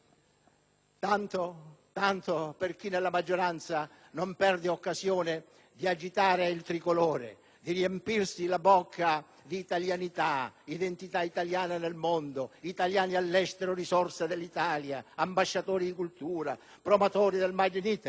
di chi nella maggioranza non perde occasione di agitare il tricolore, di riempirsi la bocca di italianità, identità italiana nel mondo, italiani all'estero risorsa dell'Italia, ambasciatori di cultura, promotori del *made in Italy*,